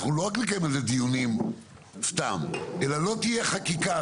אנחנו לא רק נקיים על זה דיונים סתם אלא לא תהיה חקיקה.